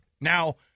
Now